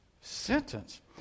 Sentence